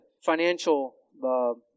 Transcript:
financial